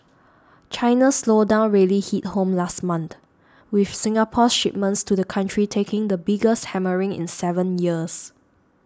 China's slowdown really hit home last month with Singapore's shipments to the country taking the biggest hammering in seven years